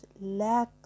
lack